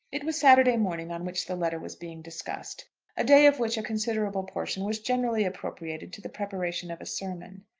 it was saturday morning on which the letter was being discussed a day of which a considerable portion was generally appropriated to the preparation of a sermon.